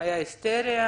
הייתה היסטריה